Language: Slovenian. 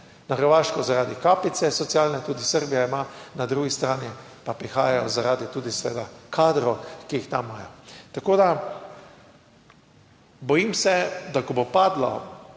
Na Hrvaško zaradi kapice socialne, tudi Srbija ima na drugi strani pa prihajajo zaradi tudi seveda kadrov, ki jih tam imajo. Tako da, bojim se, da ko bo padlo,